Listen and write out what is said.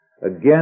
again